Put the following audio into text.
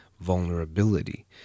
vulnerability